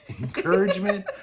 encouragement